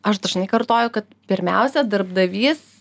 aš dažnai kartoju kad pirmiausia darbdavys